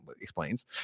explains